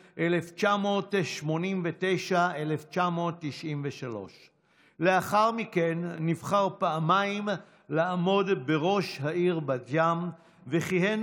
1989 1993. לאחר מכן נבחר פעמיים לעמוד בראש העיר בת ים וכיהן